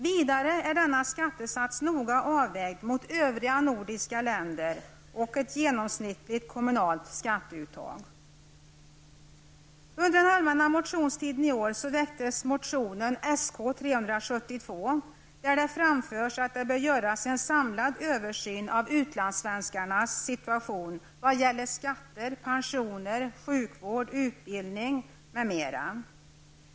Vidare är denna skattesats noga avvägd mot övriga nordiska länder och ett genomsnittligt kommunalt skatteuttag. Under den allmänna motionstiden i år väcktes motionen Sk372 där det framförs att det bör göras en samlad översyn av utlandssvenskarnas situation i vad gäller skatter, pensioner, sjukvård, utbildning m.m.